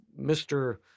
mr